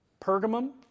Pergamum